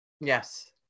Yes